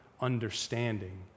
understanding